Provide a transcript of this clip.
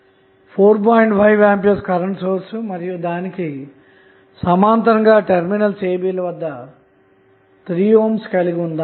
5A current source మరియు దానికి సమాంతరంగా టెర్మినల్స్ ab ల వద్ద 3 ohm కలిగి ఉంటుంది అన్న మాట